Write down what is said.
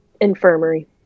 infirmary